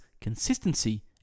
consistency